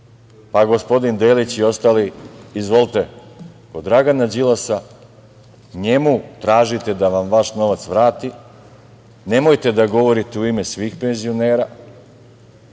Gospodin Delić i ostali, izvolite, od Dragana Đilasa, njemu tražite da vam vaš novac vrati, nemojte da govorite u ime svih penzionera.